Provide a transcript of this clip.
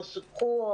או סופחו,